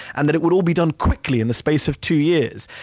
and that it would all be done quickly in the space of two years.